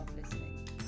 listening